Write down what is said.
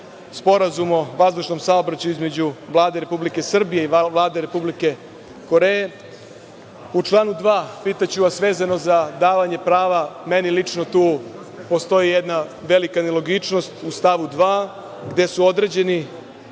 Sporazum o vazdušnom saobraćaju između Vlade Republike Srbije i Vlade Republike Koreje, u članu 2. pitaću vas vezano za davanje prava. Meni lično tu postoji jedna velika nelogičnost u stavu 2. gde su određeni